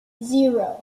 zero